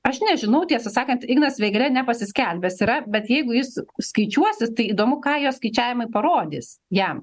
aš nežinau tiesą sakant ignas vėgėlė nepasiskelbęs yra bet jeigu jis skaičiuosis tai įdomu ką jo skaičiavimai parodys jam